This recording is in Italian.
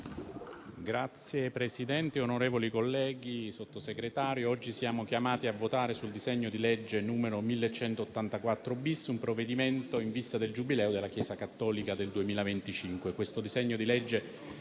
Signora Presidente, onorevoli colleghi, signor Sottosegretario, oggi siamo chiamati a votare il disegno di legge n. 1184-*bis*, un provvedimento in vista del Giubileo della Chiesa cattolica del 2025.